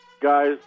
guys